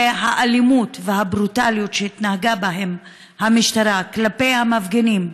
והאלימות והברוטליות שהתנהגה בהם המשטרה כלפי המפגינים,